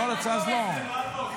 לא רוצה, אז לא.